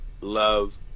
love